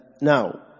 Now